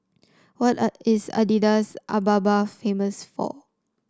what are is Addis Ababa famous for